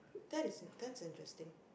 that is that's interesting